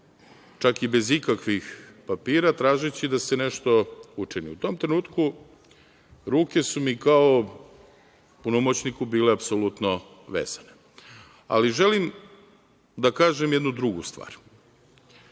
čak i bez ikakvih papira tražeći da se nešto učini. U tom trenutku ruke su mi kao punomoćniku bile apsolutno vezane, ali želim da kažem jednu drugu stvar. Neki